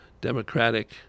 democratic